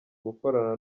gukorana